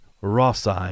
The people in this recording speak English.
Rossi